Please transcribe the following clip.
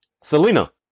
Selena